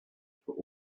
for